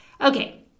Okay